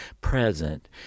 present